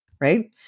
right